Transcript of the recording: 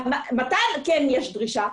מתי כן יש דרישה?